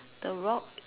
the rock